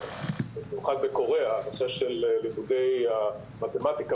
אנחנו יודעים מה תעשיית ההייטק נותנת היום לסטודנטים,